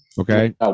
okay